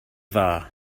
dda